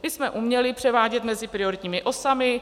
Ty jsme uměli převádět mezi prioritními osami.